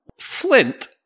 Flint